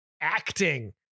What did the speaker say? acting